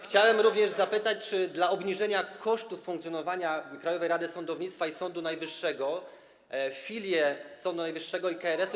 Chciałem również zapytać: Czy dla obniżenia kosztów funkcjonowania Krajowej Rady Sądownictwa i Sądu Najwyższego filie Sądu Najwyższego i KRS-u.